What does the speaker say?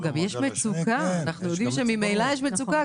לא, גם יש מצוקה, אנחנו יודעים שממילא יש מצוקה.